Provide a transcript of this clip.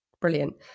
brilliant